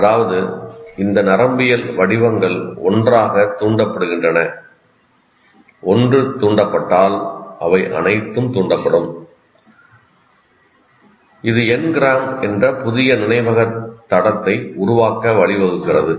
அதாவது இந்த நரம்பியல் வடிவங்கள் ஒன்றாக தூண்டப்படுகின்றன ஓன்று தூண்டப்பட்டால் அவை அனைத்தும் தூண்டப்படும் இது என்கிராம் என்ற புதிய நினைவகத் தடத்தை உருவாக்க வழிவகுக்கிறது